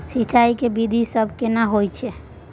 सिंचाई के विधी सब केना कोन छिये?